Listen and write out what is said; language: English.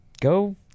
Go